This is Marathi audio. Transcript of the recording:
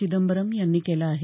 चिदंबरम यांनी केला आहे